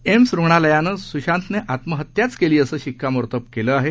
एम्सरुग्णालयानं सुशांतनेआत्महत्याचकेली असंशिक्कामोर्तबकेलंआहे